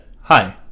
hi